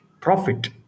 profit